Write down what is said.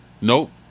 Nope